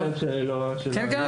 אני מצטער שלא --- כן כן,